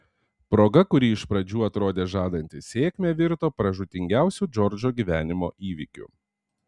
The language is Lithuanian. proga kuri iš pradžių atrodė žadanti sėkmę virto pražūtingiausiu džordžo gyvenimo įvykiu